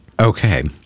Okay